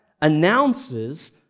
announces